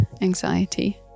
anxiety